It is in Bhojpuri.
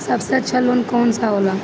सबसे अच्छा लोन कौन सा होला?